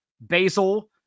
basil